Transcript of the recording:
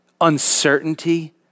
uncertainty